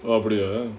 அப்பிடியே:appidiyae